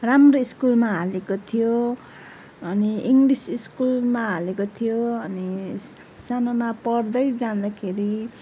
राम्रो स्कुलमा हालेको थियो अनि इङ्गलिस स्कुलमा हालेको थियो अनि सानोमा पढ्दै जाँदाखेरि